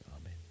Amen